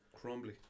Crumbly